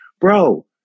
bro